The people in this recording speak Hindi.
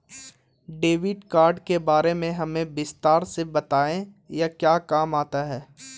डेबिट कार्ड के बारे में हमें विस्तार से बताएं यह क्या काम आता है?